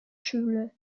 schule